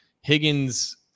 Higgins